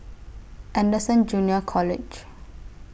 Anderson Junior College